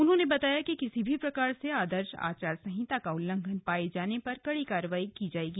उन्होंने बताया कि किसी भी प्रकार से आदर्श आचार संहिता का उल्लंघन पाये जाने पर कड़ी कार्रवाई की जाएगी